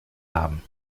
haben